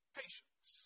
patience